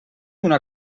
una